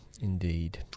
Indeed